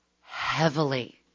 heavily